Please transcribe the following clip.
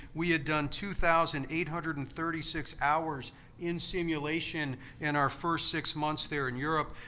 we had done two thousand eight hundred and thirty six hours in simulation in our first six months there in europe.